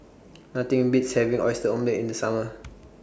Nothing Beats having Oyster Omelette in The Summer